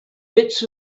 bits